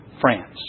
France